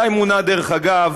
מתי מונה, דרך אגב,